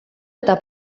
eta